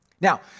Now